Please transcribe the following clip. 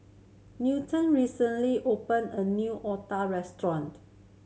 Newton recently opened a new otah restaurant